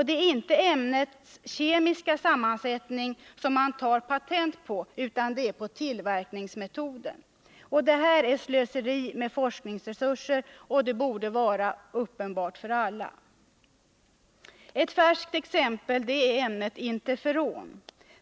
Det är inte ämnets kemiska sammansättning man har patent på utan tillverkningsmetoden. Det här är slöseri med forskningsresurser — det borde vara uppenbart för alla! Ett färskt exempel är ämnet interferon.